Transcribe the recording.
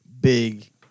big